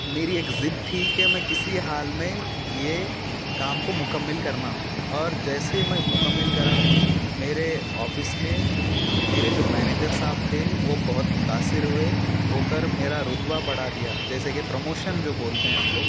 میری ایک ضد تھی کہ میں کسی حال میں یہ کام کو مکمل کرنا اور جیسے میں مکمل کرا میرے آفس میں میرے جو مینیجر صاحب تھے وہ بہت متاثر ہوئے ہو کر میرا رتبہ بڑھا دیا جیسے کہ پرموشن جو بولتے ہیں ہم لوگ